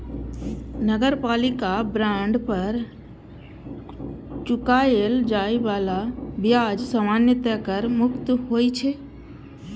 नगरपालिका बांड पर चुकाएल जाए बला ब्याज सामान्यतः कर मुक्त होइ छै